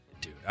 Dude